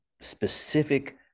specific